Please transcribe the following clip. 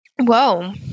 whoa